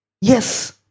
yes